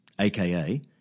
aka